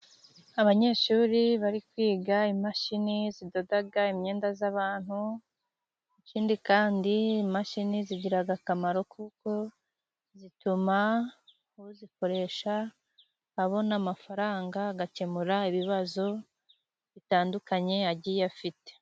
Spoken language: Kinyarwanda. Abanyeshuri bari kwiga imashini zidoda imyenda y'abantu. Ikindi kandi, imashini zigira akamaro kuko zituma uzikoresha abona amafaranga, agakemura ibibazo bitandukanye agiye afite.